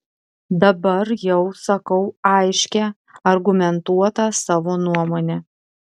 dabar jau sakau aiškią argumentuotą savo nuomonę